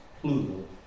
plural